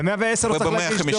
ב-110 הוא צריך להגיש דוח.